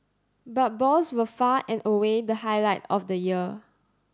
but balls were far and away the highlight of the year